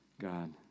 God